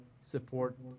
support